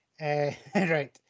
Right